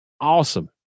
awesome